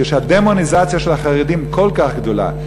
כשהדמוניזציה של החרדים כל כך גדולה,